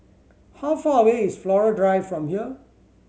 how far away is Flora Drive from here